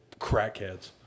crackheads